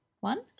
one